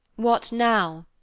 what now?